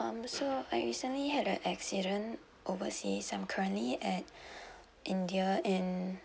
um so I recently had a accident overseas I'm currently at india and